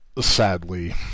Sadly